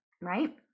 right